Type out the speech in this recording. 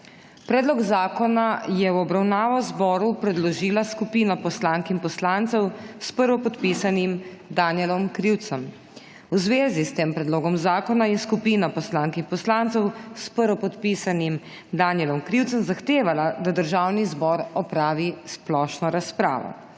Predlog zakona je v obravnavo zboru predložila skupina poslank in poslancev s prvopodpisanim Danijelom Krivcem. V zvezi s tem predlogom zakona je skupina poslank in poslancev s prvopodpisanim Danijelom Krivcem zahtevala, da Državni zbor opravi splošno razpravo.